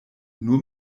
nur